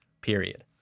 period